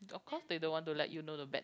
of course they don't want to let you know the bad